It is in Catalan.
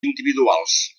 individuals